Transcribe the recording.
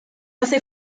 hace